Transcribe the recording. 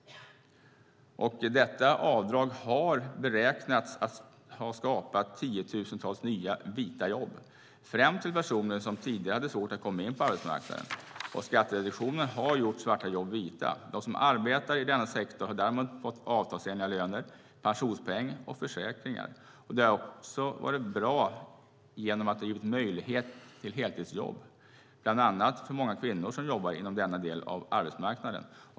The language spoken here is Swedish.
Detta avdrag beräknas ha skapat tiotusentals nya vita jobb, främst till personer som tidigare hade svårt att komma in på arbetsmarknaden. Skattereduktionen har gjort svarta jobb vita. De som arbetar i denna sektor har därmed fått avtalsenliga löner, pensionspoäng och försäkringar. Det har också varit bra genom att det har gett möjlighet till heltidsjobb, bland annat för många kvinnor som jobbar inom denna del av arbetsmarknaden.